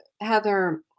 Heather